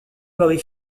marie